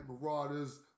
Marauders